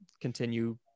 continue